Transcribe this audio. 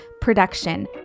production